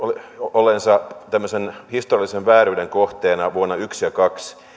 olleensa tämmöisen historiallisen vääryyden kohteena vuonna yks ja kaks